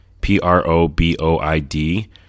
P-R-O-B-O-I-D